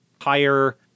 higher